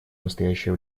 настоящее